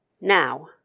Now